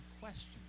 question